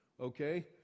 okay